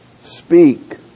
speak